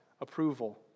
approval